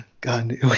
god